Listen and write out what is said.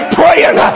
praying